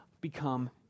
become